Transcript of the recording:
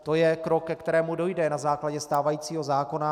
To je krok, ke kterému dojde na základě stávajícího zákona.